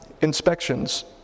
inspections